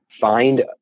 find